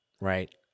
right